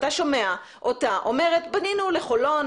אתה שומע אותה אומרת פנינו לחולון,